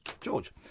George